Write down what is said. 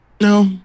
No